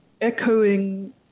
echoing